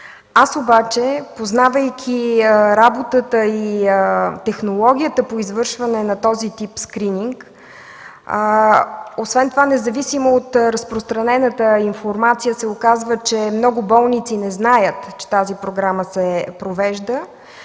Аз обаче, познавайки работата и технологията по извършване на този тип скрининг, освен това независимо от разпространената информация се оказва, че много болници не знаят, че тази програма се провежда,